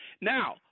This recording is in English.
Now